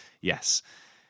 yes